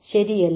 ശരിയല്ലേ